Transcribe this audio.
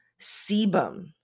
sebum